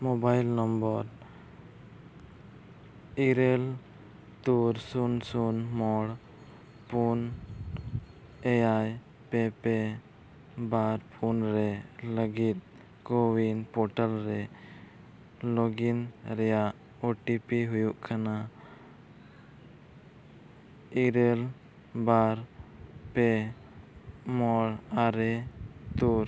mobile number ᱤᱨᱟᱹᱞ ᱛᱩᱨ ᱥᱩᱱ ᱥᱩᱱ ᱢᱚᱬ ᱯᱩᱱ ᱮᱭᱟᱭ ᱯᱮ ᱯᱮ ᱵᱟᱨ ᱯᱩᱱ ᱨᱮ ᱞᱟᱹᱜᱤᱫ ᱠᱳᱼᱩᱭᱤᱱ ᱯᱨᱚᱴᱟᱞ ᱨᱮ ᱞᱚᱜᱤᱱ ᱨᱮᱭᱟᱜ ᱳ ᱴᱤ ᱯᱤ ᱦᱩᱭᱩᱜ ᱠᱟᱱᱟ ᱤᱨᱟᱹᱞ ᱵᱟᱨ ᱯᱮ ᱢᱚᱬ ᱟᱨᱮ ᱛᱩᱨ